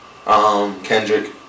Kendrick